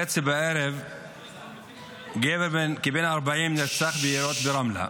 בשעה 22:30 גבר כבן 40 נרצח ביריות ברמלה,